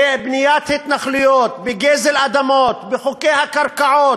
בבניית התנחלויות, בגזל אדמות, בחוקי הקרקעות.